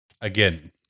Again